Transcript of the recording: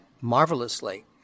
marvelously